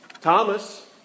Thomas